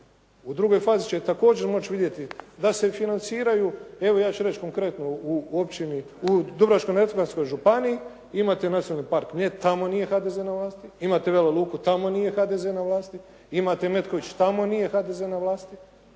U drugoj fazi će također moći vidjeti da se financiraju, evo ja ću reći konkretno u Dubrovačko-neretvanskoj županiji imate Nacionalni park Mljet, tamo nije HDZ na vlasti, imate Vela Luku, tamo nije HDZ na vlasti, imate i Metković, tamo nije HDZ na vlasti.